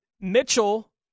Mitchell